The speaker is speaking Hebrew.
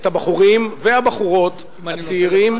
את הבחורים והבחורות הצעירים,